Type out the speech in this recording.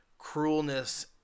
cruelness